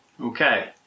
okay